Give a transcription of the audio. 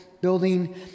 building